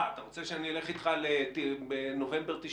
אתה רוצה שאני אלך אתך לנובמבר 1992?